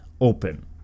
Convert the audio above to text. open